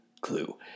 Clue